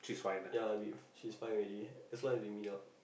ya with she's fine already as long as we meet up